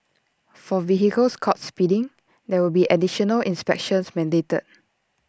for vehicles caught speeding there will be additional inspections mandated